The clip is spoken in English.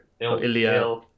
Ilya